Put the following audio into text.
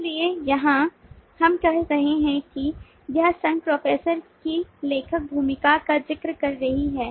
इसलिए यहां हम कह रहे हैं कि यह संघ प्रोफेसर की लेखक भूमिका का जिक्र कर रही है